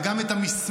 וגם את המסמך,